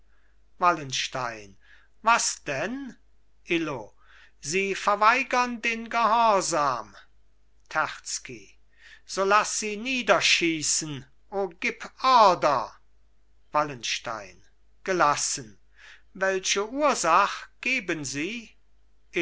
wallenstein was denn illo sie verweigern den gehorsam terzky so laß sie niederschießen o gib ordre wallenstein gelassen welche ursach geben sie